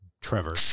Trevor